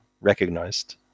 recognized